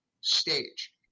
stage